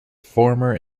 former